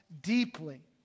deeply